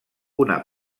una